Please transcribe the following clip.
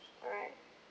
alright